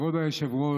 כבוד היושב-ראש,